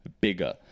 bigger